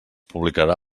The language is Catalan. publicarà